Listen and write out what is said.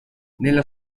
nello